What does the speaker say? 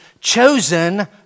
chosen